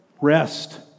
rest